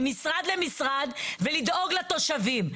ממשרד למשרד ולדאוג לתושבים.